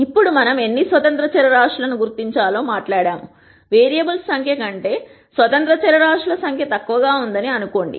ఇప్పుడు మనం ఎన్ని స్వతంత్ర చరరాశులను గుర్తించాలో మాట్లాడాము వేరియబుల్స్ సంఖ్య కంటే కంటే స్వతంత్ర చరరాశుల సంఖ్య తక్కువగా ఉందని అనుకోండి